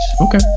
Okay